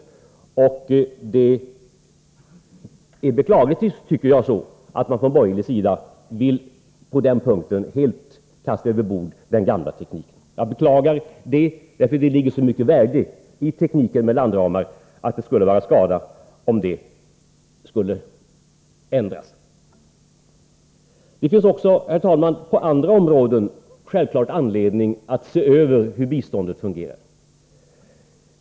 Jag tycker att det är beklagligt att man från borgerlig sida helt vill kasta den gamla tekniken över bord. Det ligger så mycket av värde i tekniken med landramar att det skulle vara skada om den övergavs. Herr talman! Det finns självfallet också på andra områden anledning att se över hur biståndet fungerar.